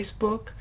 Facebook